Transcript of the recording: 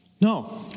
No